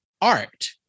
art